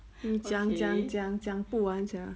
你讲讲讲讲不完 sia